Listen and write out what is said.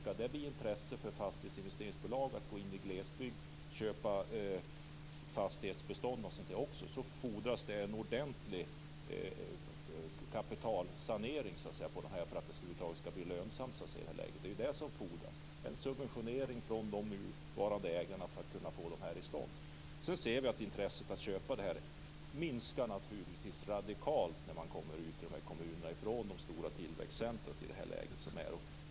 Skall det bli intressant för fastighetsinvesteringsbolag att köpa fastighetsbestånd i glesbygd fordras det en ordentlig kapitalsanering, så att det blir lönsamt. En subventionering från de nuvarande ägarna för att få fastigheterna i stånd är det som fordras. I dagens läge ser vi att intresset för att köpa fastigheter minskar radikalt när man lämnar de stora tillväxtcentrumen i landet och kommer ut i dessa kommuner.